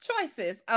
Choices